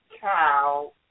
cow